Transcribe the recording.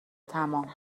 تمام